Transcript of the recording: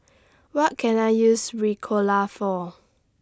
What Can I use Ricola For